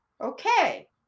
Okay